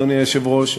אדוני היושב-ראש,